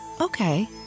Okay